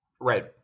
Right